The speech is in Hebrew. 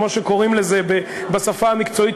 כמו שקוראים לזה בשפה המקצועית,